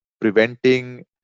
preventing